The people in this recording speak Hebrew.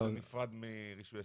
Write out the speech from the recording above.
שזה נפרד מרישוי עסקים?